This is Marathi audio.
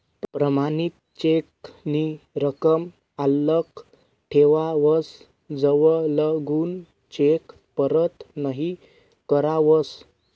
प्रमाणित चेक नी रकम आल्लक ठेवावस जवलगून चेक परत नहीं करावस